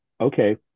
okay